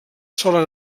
sola